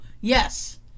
Yes